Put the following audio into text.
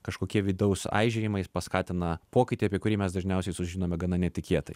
kažkokie vidaus aižėjimai paskatina pokytį apie kurį mes dažniausiai sužinome gana netikėtai